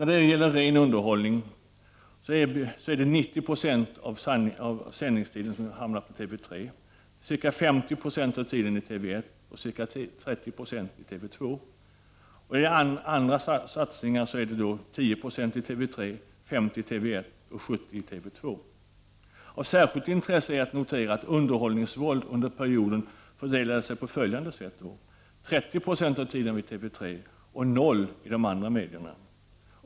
När det gäller ren underhållning utgör sådan 90 Z6 av sändningstiden i TV3, ca 50 Zo av sändningstiden i TV 1, och ca 30 96 i TV2. Av särskilt intresse är att notera underhållningsvåld under perioden fördelades sig på följande sätt: 30 20 av sändningstiden i TV 3, och 0 96 i de andra kanalerna.